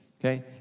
Okay